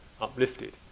uplifted